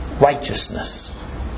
Righteousness